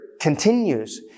continues